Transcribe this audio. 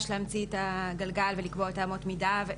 להמציא את הגלגל ולקבוע את אמות המידה?